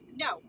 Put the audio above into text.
No